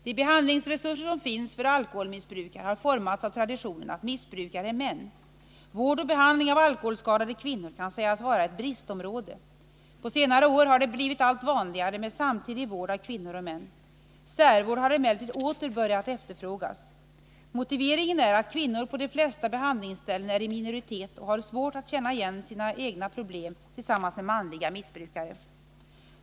De behandlingsresurser som finns för alkoholmissbrukare har formats av traditionen att missbrukare är män. Vård och behandling av alkoholskadade kvinnor kan sägas vara ett bristområde. På senare år har det blivit allt vanligare med samtidig vård av kvinnor och män. Särvård har emellertid åter börjat efterfrågas. Motiveringen är att kvinnor på de flesta behandlingsställen är i minoritet och har svårt att känna igen sina egna problem tillsammans med manliga missbrukare.